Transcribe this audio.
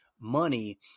money